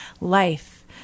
life